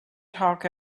talk